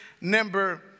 number